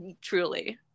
truly